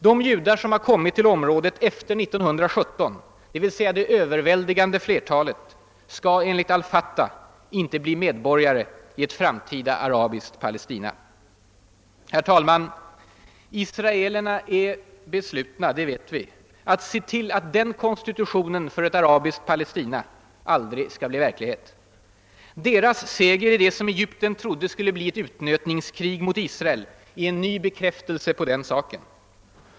De judar som kommit till området efter 1917, d. v. s. det överväldigande flertalet, skall enligt al Fatah inte bli medborgare i ett framtida arabiskt Palestina. Vi vet att israelerna är fast beslutna att se till att denna konstitution för ett arabiskt Palestina aldrig skall bli verklighet. Deras seger i det som Egypten trodde skulle bli ett utnötningskrig mot Israel är en ny bekräftelse på det.